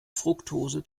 fruktose